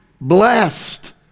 Blessed